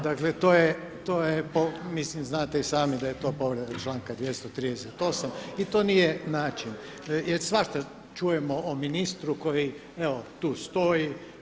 Dakle to je mislim i sami da je to povreda članka 238. i to nije način jer svašta čujemo o ministru koji tu stoji.